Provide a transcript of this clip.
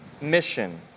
mission